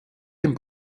dem